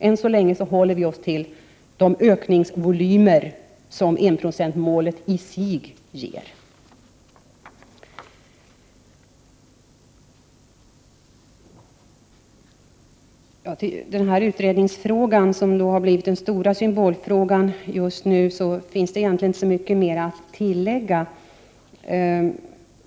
Än så länge håller vi oss till de ökningsvolymer som enprocentsmålet i sig ger. När det gäller utredningsfrågan, som har blivit den stora symbolfrågan just nu, finns det egentligen inte så mycket mer att tillägga.